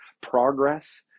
progress